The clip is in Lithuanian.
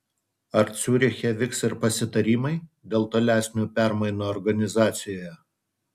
ar ciuriche vyks ir pasitarimai dėl tolesnių permainų organizacijoje